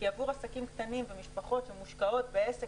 עבור עסקים קטנים ומשפחות שמושקעות בעסק